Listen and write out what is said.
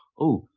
oh,